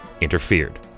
interfered